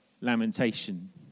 lamentation